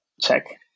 check